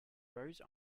bose